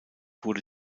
wurde